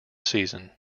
season